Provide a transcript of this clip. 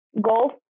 golf